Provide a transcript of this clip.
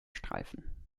streifen